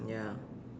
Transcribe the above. ya